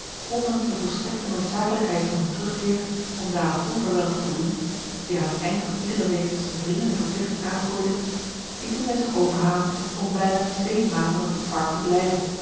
ondanks de volstrekte noodzakelijkheid van hun terugkeer om daaraan onverwijld te voldoen die aan het eind van iedere week tot een dringende verplichting aangroeide lieten zij zich overhalen om bijna twee maanden op het park te blijven